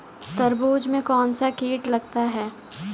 तरबूज में कौनसा कीट लगता है?